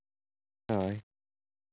ᱦᱳᱭ